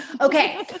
Okay